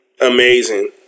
Amazing